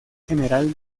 general